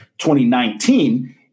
2019